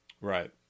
Right